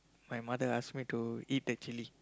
my mother ask me to eat the chilli